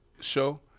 show